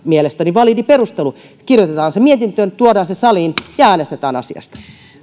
mielestäni validi perustelu kirjoitetaan se mietintöön tuodaan se saliin ja äänestetään asiasta